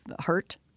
hurt